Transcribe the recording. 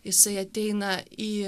jisai ateina į